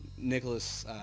Nicholas